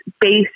based